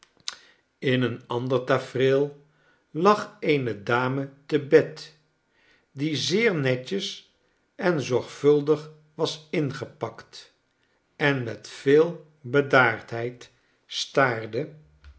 in een ander tafereel lag eene dame te bed die zeernetjesenzorgvuldig was ingepakt en met veel bedaardheid